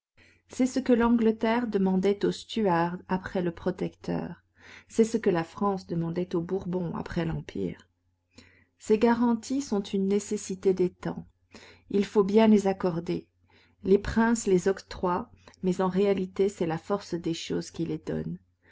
c'est ce que l'angleterre demandait aux stuarts après le protecteur c'est ce que la france demandait aux bourbons après l'empire ces garanties sont une nécessité des temps il faut bien les accorder les princes les octroient mais en réalité c'est la force des choses qui les donne